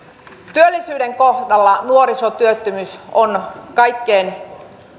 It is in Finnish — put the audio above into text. työllisyyden kohdalla nuorisotyöttömyys on kaikkein